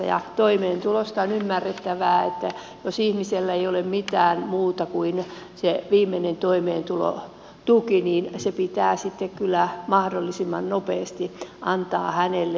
toimeentulosta on ymmärrettävää että jos ihmisellä ei ole mitään muuta kuin se viimeinen toimeentulotuki niin se pitää sitten kyllä mahdollisimman nopeasti antaa hänelle